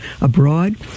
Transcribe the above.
abroad